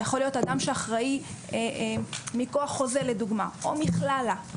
זה יכול להיות אדם שאחראי מכוח חוזה לדוגמה או מכללה.